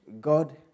God